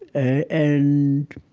ah and,